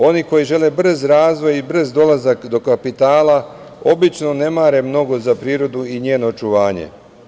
Oni koji žele brz razvoj i brz dolazak do kapitala obično ne mare mnogo za prirodu i njeno očuvanje.